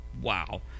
Wow